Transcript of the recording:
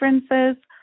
differences